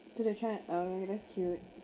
so they tried uh that's cute